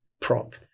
prop